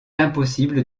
impossible